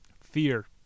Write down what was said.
fear